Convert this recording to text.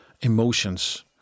emotions